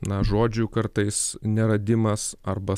na žodžių kartais neradimas arba